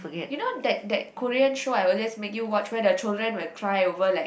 you know that that Korean show I always make you watch where the children will cry over like